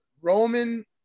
Roman